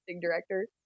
directors